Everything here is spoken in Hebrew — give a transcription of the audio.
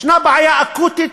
יש בעיה אקוטית